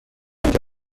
اینجا